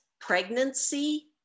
pregnancy